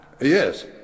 Yes